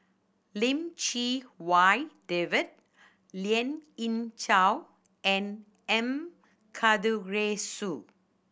Lim Chee Wai David Lien Ying Chow and M Karthigesu